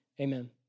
amen